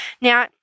now